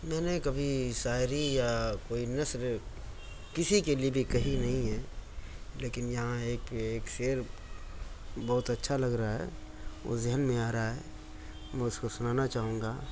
میں نے کبھی شاعری یا کوئی نثر کسی کے لئے بھی کہی نہیں ہے لیکن یہاں ایک ایک شعر بہت اچھا لگ رہا ہے وہ ذہن میں آ رہا ہے میں اس کو سنانا چاہوں گا